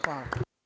Hvala.